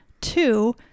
Two